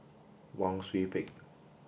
Wang Sui Pick